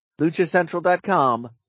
LuchaCentral.com